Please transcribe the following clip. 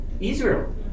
Israel